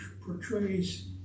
portrays